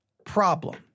problem